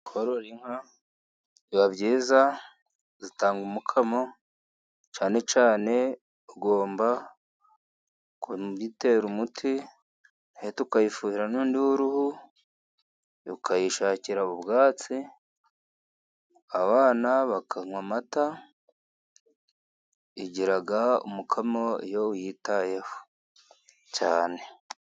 Korora inka biba byiza, zitanga umukamo cyane cyane ugomba kuyitera umuti, nayo tukayifurira n'undi w'uruhu, ukayishakira ubwatsi, abana bakanywa amata, igira umukamo iyo uyitayeho cyane.